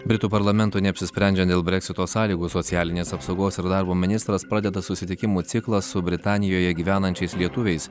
britų parlamentui neapsisprendžiant dėl breksito sąlygų socialinės apsaugos ir darbo ministras pradeda susitikimų ciklą su britanijoje gyvenančiais lietuviais